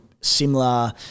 similar